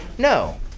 no